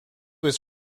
his